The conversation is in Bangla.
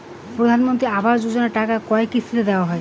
প্রধানমন্ত্রী আবাস যোজনার টাকা কয় কিস্তিতে দেওয়া হয়?